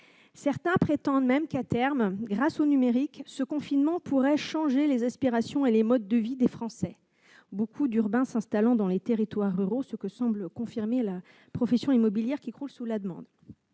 Certains prétendent même que, à terme, grâce au numérique, cette période de confinement pourrait changer les aspirations et les modes de vie des Français, beaucoup d'urbains s'installant dans les territoires ruraux, comme semble l'indiquer la profession immobilière, qui croule sous la demande.